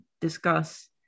discuss